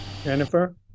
Jennifer